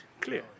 clear